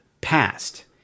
past